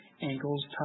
ankles